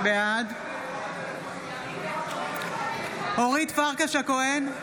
בעד אורית פרקש הכהן,